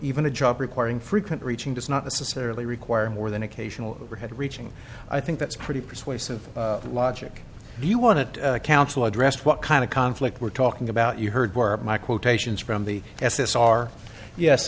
even a job requiring frequent reaching does not necessarily require more than occasional overhead reaching i think that's pretty persuasive logic do you want to counsel addressed what kind of conflict we're talking about you heard my quotations from the s s are yes